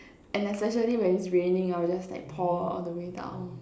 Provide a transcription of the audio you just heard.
and especially when it's raining I'll just like pour all the way down